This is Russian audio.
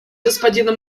господина